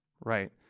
Right